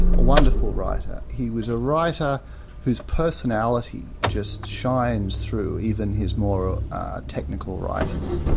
a wonderful writer. he was a writer whose personality just shines through. even his more technical writing.